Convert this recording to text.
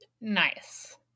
nice